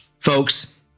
folks